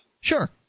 Sure